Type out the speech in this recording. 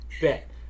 bet